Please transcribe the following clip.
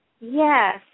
Yes